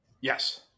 Yes